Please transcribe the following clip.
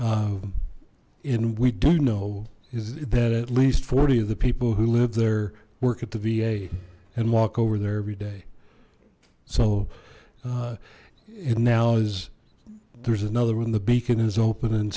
so and we do know is that at least forty of the people who live there work at the va and walk over there every day so and now is there's another one the beacon is open and